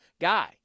guy